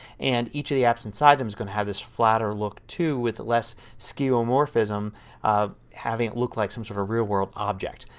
and each of the apps inside them is going to have this flatter look too with less skewomorphism having it look like some sort of real world object.